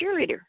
Cheerleader